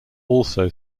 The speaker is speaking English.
also